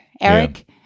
eric